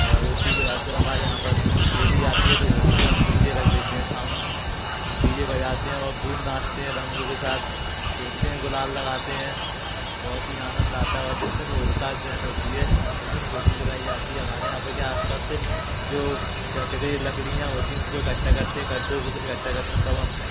और उसी के बाद फिर हमारे यहाँ पर होली आती है तो होली पे हम डी जे रख लेते हैं साउंड डी जे बजाते हैं और खूब नाचते हैं रंगों के साथ खेलते हैं गुलाल लगाते हैं बहुत ही आनंद आता है और जिस दिन होलिका दहन होती है उस दिन होली जलाई जाती है हमारे यहाँ पे क्या आसपास से जो लकड़ियाँ होती उनको इकट्ठा करते इकट्ठा करते हैं तब हम